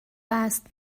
است